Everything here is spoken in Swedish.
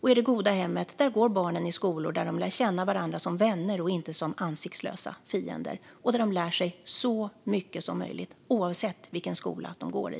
I det goda hemmet går barnen i skolor där de lär känna varandra som vänner och inte som ansiktslösa fiender och där de lär sig så mycket som möjligt, oavsett vilken skola de går i.